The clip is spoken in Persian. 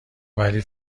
ولی